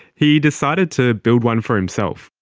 he decided to build one for himself.